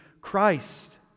Christ